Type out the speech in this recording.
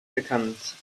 bekannt